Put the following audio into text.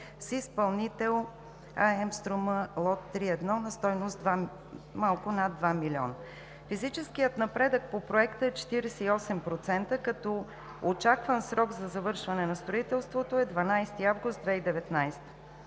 с изпълнител АМ „Струма“, лот 3.1 на стойност малко над 2 млн. лв. Физическият напредък по проекта е 48%, като очакван срок за завършване на строителството е 12 август 2019